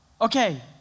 Okay